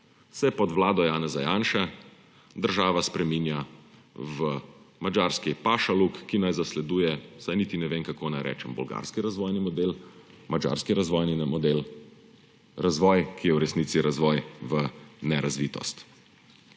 se pod vlado Janeza Janše država spreminja v madžarski pašaluk, ki naj zasleduje – saj niti ne vem, kako naj rečem – bolgarski razvojni model, madžarski razvojni model, razvoj, ki je v resnici razvoj v nerazvitost.